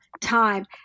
time